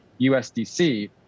USDC